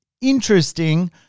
interesting